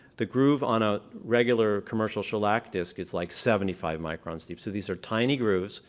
the groove on a regular commercial shellac disc is like seventy five microns deep. so these are tiny grooves.